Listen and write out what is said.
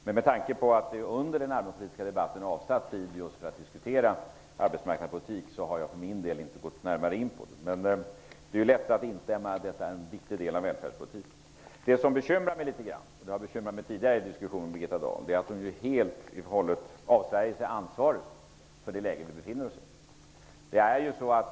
Med tanke på att det under den allmänpolitiska debatten är avsatt tid för just arbetsmarknadspolitik har jag för min del inte gått närmare in på den. Men det är lätt att instämma i att detta utgör en viktig del av välfärdspolitiken. Det som bekymrar mig litet, och bekymrat mig vid tidigare diskussioner med Birgitta Dahl, är att hon helt och hållet avsvärjer sig ansvaret för det läge som vi befinner oss i.